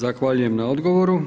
Zahvaljujem na odgovoru.